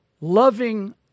loving